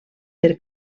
per